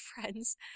friends